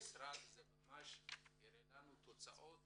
המשרד ממש הראה לנו תוצאות